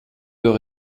deux